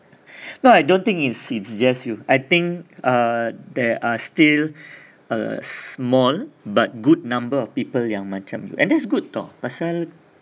but I don't think it's it's just you I think uh there are still a small but good number of people yang macam you and that's good tahu pasal